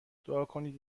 دعاکنید